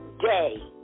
day